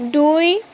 দুই